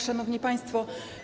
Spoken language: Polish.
Szanowni Państwo!